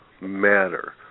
matter